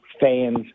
fans